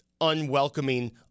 unwelcoming